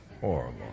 horrible